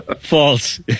False